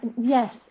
yes